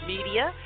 Media